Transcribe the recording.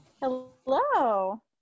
Hello